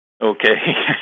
Okay